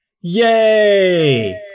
Yay